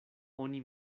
oni